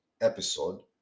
episode